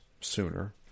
sooner